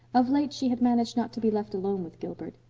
of late she had managed not to be left alone with gilbert.